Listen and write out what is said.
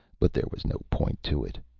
but there was no point to it.